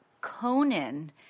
Conan